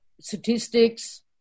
statistics